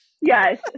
yes